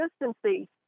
consistency